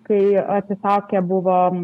kai atsisakę buvom